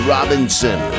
Robinson